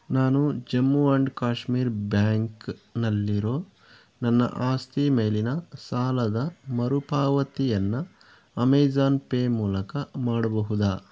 ನಾನು ಜಮ್ಮು ಆ್ಯಂಡ್ ಕಾಶ್ಮೀರ್ ಬ್ಯಾಂಕ್ನಲ್ಲಿರೋ ನನ್ನ ಆಸ್ತಿ ಮೇಲಿನ ಸಾಲದ ಮರುಪಾವತಿಯನ್ನು ಅಮೇಝಾನ್ ಪೇ ಮೂಲಕ ಮಾಡಬಹುದಾ